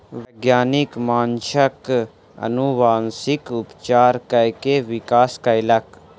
वैज्ञानिक माँछक अनुवांशिक उपचार कय के विकास कयलक